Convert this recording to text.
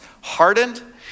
hardened